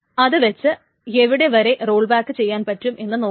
അത് വെച്ച് എവിടെ വരെ റോൾ ബാക്ക് ചെയ്യാൻ പറ്റും എന്ന് നോക്കാം